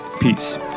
Peace